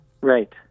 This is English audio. Right